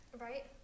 Right